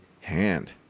hand